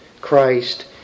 Christ